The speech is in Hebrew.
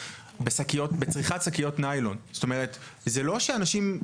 אנשים עברו לחלופות טובות, נקיות יותר.